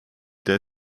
der